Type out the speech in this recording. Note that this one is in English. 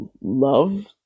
love